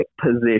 Position